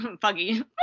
foggy